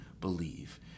Believe